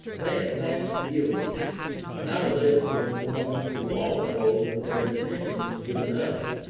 they at last yielded and i was able to inform mr. walpole that their intention was given up.